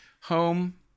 home